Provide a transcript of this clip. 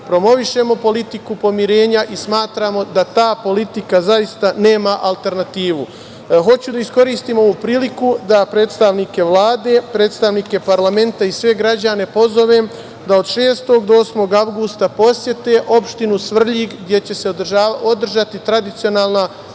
promovišemo politiku pomirenja i smatramo da ta politika zaista nema alternativu. Hoću da iskoristim ovu priliku da predstavnike Vlade, predstavnike parlamenta i sve građane pozovem da od 6. do 8. avgusta posete opštinu Svrljig gde će se održati tradicionalna